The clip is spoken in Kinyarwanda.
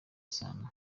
isano